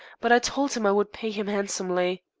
but i told him i would pay him handsomely.